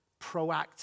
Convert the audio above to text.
proactive